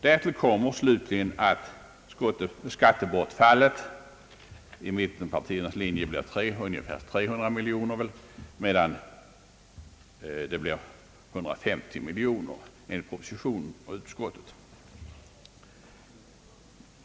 Därtill kommer slutligen att skattebortfallet enligt mittenpartiernas linje blir ungefär 300 miljoner, medan det blir 150 miljoner enligt propostionens och utskottets förslag.